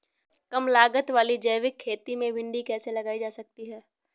कम लागत वाली जैविक खेती में भिंडी कैसे लगाई जा सकती है?